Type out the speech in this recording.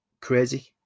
crazy